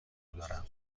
دارم